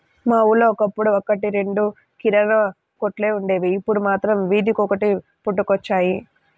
మా ఊళ్ళో ఒకప్పుడు ఒక్కటి రెండు కిరాణా కొట్లే వుండేవి, ఇప్పుడు మాత్రం వీధికొకటి పుట్టుకొచ్చాయి